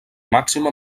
màxima